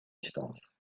distance